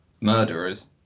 murderers